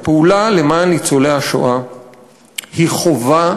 הפעולה למען ניצולי השואה היא חובה